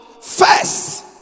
first